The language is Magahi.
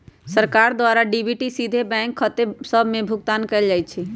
सरकार द्वारा डी.बी.टी सीधे बैंक खते सभ में भुगतान कयल जाइ छइ